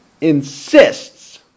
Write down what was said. insists